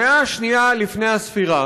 במאה השנייה לפני הספירה